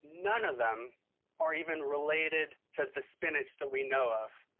none of them are even related to the spinach that we know of.